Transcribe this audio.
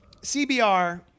CBR